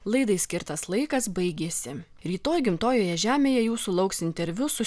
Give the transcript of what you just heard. laidai skirtas laikas baigėsi rytoj gimtojoje žemėje jūsų lauks interviu su